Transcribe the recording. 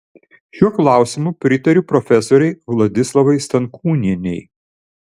šiuo klausimu pritariu profesorei vladislavai stankūnienei